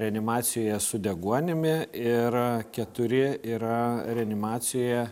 reanimacijoje su deguonimi ir keturi yra reanimacijoje